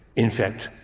in fact,